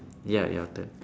ya your turn